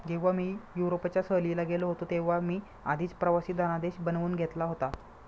जेव्हा मी युरोपच्या सहलीला गेलो होतो तेव्हा मी आधीच प्रवासी धनादेश बनवून घेतला होता